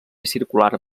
circular